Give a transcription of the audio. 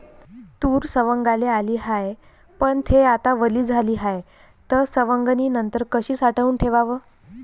तूर सवंगाले आली हाये, पन थे आता वली झाली हाये, त सवंगनीनंतर कशी साठवून ठेवाव?